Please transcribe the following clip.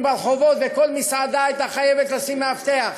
ברחובות וכל מסעדה הייתה חייבת לשים מאבטח,